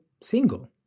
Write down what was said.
single